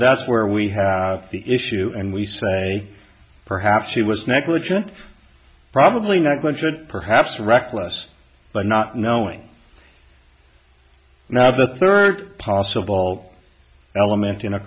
that's where we have the issue and we say perhaps she was negligent probably not but that perhaps reckless but not knowing now the third possible element in a